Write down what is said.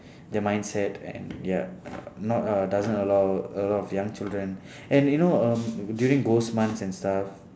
their mindset and ya uh not uh doesn't allow a lot of young children and you know um during ghost months and stuff